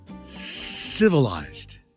civilized